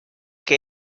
que